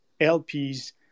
LPs